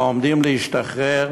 העומדים להשתחרר